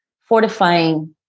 fortifying